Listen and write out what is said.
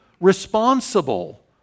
responsible